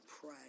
pray